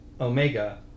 Omega